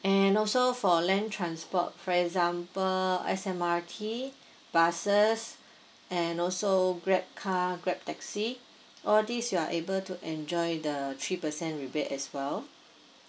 and also for land transport for example S_M_R_T buses and also grab car grab taxi all this you are able to enjoy the three percent rebate as well